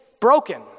Broken